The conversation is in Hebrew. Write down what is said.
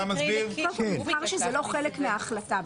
זה לא חלק מההחלטה,